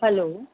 hello